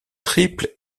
triple